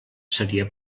seria